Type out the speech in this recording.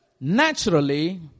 Naturally